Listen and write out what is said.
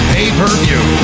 Pay-Per-View